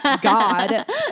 God